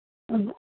ꯑꯗꯨ